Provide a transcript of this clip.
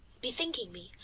bethinking me,